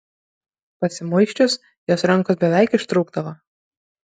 pasimuisčius jos rankos beveik ištrūkdavo